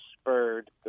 spurred